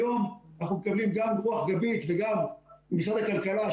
היום אנחנו מקבלים גם רוח גבית ממשרד הכלכלה,